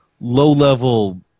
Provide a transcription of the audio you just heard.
low-level